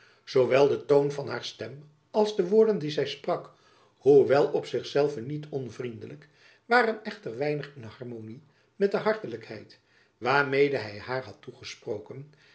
zoowel de toon van haar stem als de woorden die zy sprak hoewel op zich zelve niet onvriendelijk waren echter weinig in harmony met de hartelijkheid waarmede hy haar had toegesproken